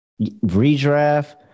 Redraft